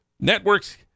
Networks